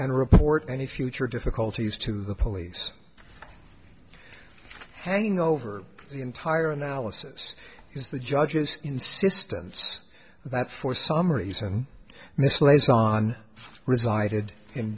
and report any future difficulties to the police hanging over the entire analysis is the judge's insistence that for some reason this liaison resided in